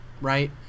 right